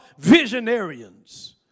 visionarians